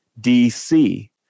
DC